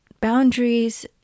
Boundaries